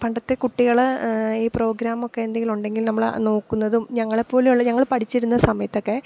പണ്ടത്തെ കുട്ടികൾ ഈ പ്രോഗ്രാമൊക്കെ എന്തെങ്കിലും ഉണ്ടെങ്കിൽ നമ്മളാ നോക്കുന്നതും ഞങ്ങളെ പോലയുള്ള ഞങ്ങൾ പഠിച്ചിരുന്ന സമയത്ത് ഒക്കെ